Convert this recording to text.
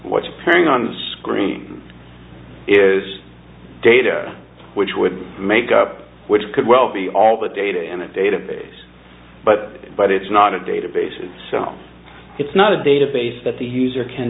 occurring on the screen is data which would make up which could well be all the data in a database but but it's not a database so it's not a database that the user can